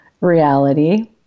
reality